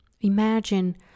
Imagine